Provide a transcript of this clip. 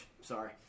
Sorry